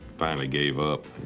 finally gave up.